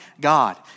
God